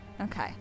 Okay